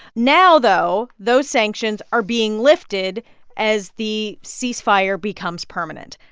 now, though, those sanctions are being lifted as the cease fire becomes permanent.